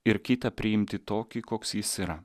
ir kitą priimti tokį koks jis yra